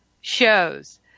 shows